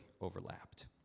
overlapped